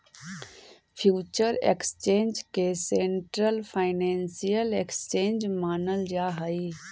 future exchange के central financial exchange मानल जा हइ